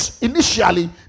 initially